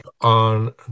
on